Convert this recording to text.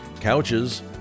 couches